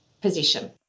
position